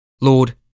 Lord